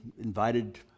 invited